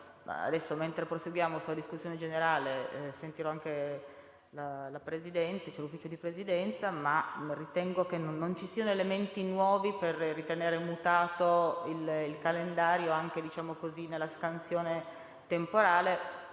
caso, mentre proseguiamo la discussione generale, sentirò anche la Presidenza, ma non ritengo ci siano elementi nuovi per ritenere mutato il calendario anche nella sua scansione temporale,